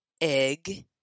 egg